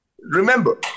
Remember